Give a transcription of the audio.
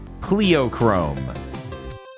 Cleochrome